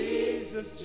Jesus